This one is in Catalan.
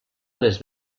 les